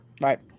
Right